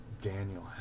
Daniel